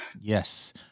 Yes